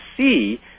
see